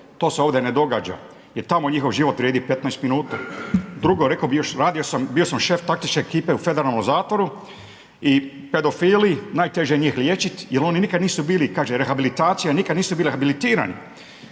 To se ovdje ne događa, jer tamo njihov život vrijedi 15 minuta. Drugo, rekao bih još, radio sam, bio sam šef …/Govornik se ne razumije./… ekipe u federalnom zatvoru i pedofili, najteže je njih liječiti jer oni nikad nisu bili, kaže rehabilitacija, nikad nisu bili rehabilitirani.